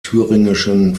thüringischen